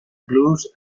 blues